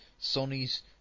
sony's